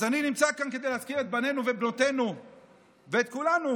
אז אני נמצא כאן כדי להזכיר את בנינו ובנותינו ואת כולנו,